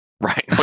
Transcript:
Right